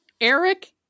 Eric